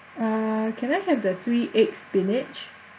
uh can I have the three egg spinach